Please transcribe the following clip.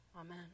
Amen